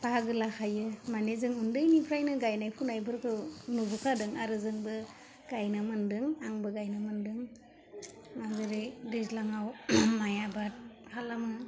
बाहागो लाखायो माने जों उन्दैनिफ्रायनो गाइनाय फुनाय फोरखौ नुबोखादों आरो जोंबो गाइनो मोन्दों आंबो गाइनो मोनदों माबोरै दैज्लाङाव माइ आबाद खालामो